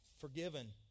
Forgiven